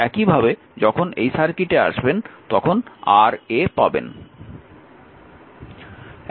একইভাবে যখন এই সার্কিটে আসবেন তখন Ra পাবেন